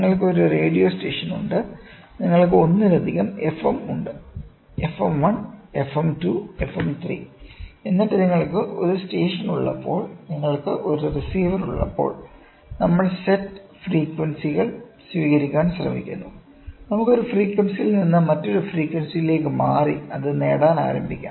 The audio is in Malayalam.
നിങ്ങൾക്ക് ഒരു റേഡിയോ സ്റ്റേഷൻ ഉണ്ട് നിങ്ങൾക്ക് ഒന്നിലധികം എഫ്എം ഉണ്ട് എഫ്എം 1 എഫ്എം 2 എഫ്എം 3 എന്നിട്ട് നിങ്ങൾക്ക് ഒരു സ്റ്റേഷൻ ഉള്ളപ്പോൾ നിങ്ങൾക്ക് ഒരു റിസീവർ ഉള്ളപ്പോൾ നമ്മൾ സെറ്റ് ഫ്രീക്വൻസികൾ സ്വീകരിക്കാൻ ശ്രമിക്കുന്നു നമുക്ക് ഒരു ഫ്രീക്വൻസിയിൽ നിന്ന് മറ്റൊരു ഫ്രീക്വൻസിയിലേക്ക് മാറി അത് നേടാൻ ആരംഭിക്കാം